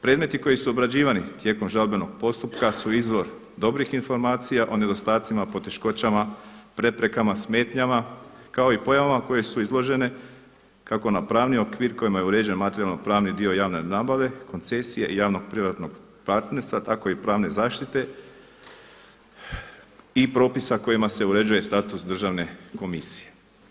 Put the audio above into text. Predmeti koji su obrađivani tijekom žalbenog postupka su izvor dobrih informacija o nedostacima, poteškoćama, preprekama, smetnjama kao i pojavama koje su izložene kako na pravni okvir kojima je uređen materijalno-pravni dio javne nabave, koncesije i javnog-privatnog partnerstva tako i pravne zaštite i propisa kojima se uređuje status državne komisije.